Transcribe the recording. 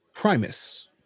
Primus